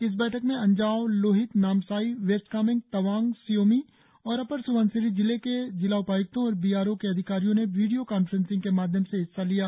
इस बैठक में अंजाव लोहित नामसाई वेस्ट कामेंग तवांग सी योमी और अपर स्बनसिरी जिले के जिला उपाय्क्तों और बी आर ओ के अधिकारियों ने वीडियो कांफ्रेसिंग के माध्यम से हिस्सा लिया